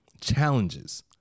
Challenges